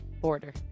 Border